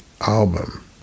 album